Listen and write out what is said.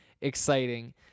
exciting